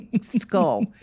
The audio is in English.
skull